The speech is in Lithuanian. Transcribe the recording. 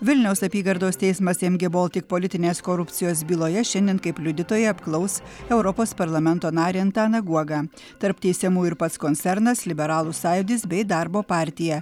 vilniaus apygardos teismas mg baltic politinės korupcijos byloje šiandien kaip liudytoją apklaus europos parlamento narį antaną guogą tarp teisiamųjų ir pats koncernas liberalų sąjūdis bei darbo partija